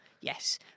Yes